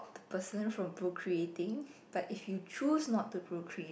person from procreating but if you choose not to procreate